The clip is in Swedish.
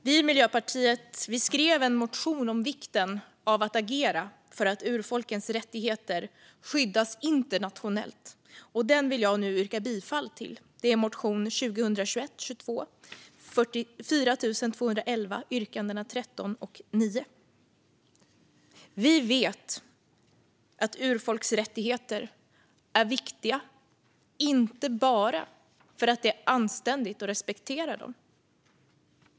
Vi i Miljöpartiet skrev en motion om vikten av att agera för att urfolkens rättigheter skyddas internationellt, och den vill jag nu yrka bifall, motion 2021/22:4211 yrkandena 13 och 9. Vi vet att urfolks rättigheter är viktiga, inte bara för att det är anständigt att respektera dem.